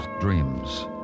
dreams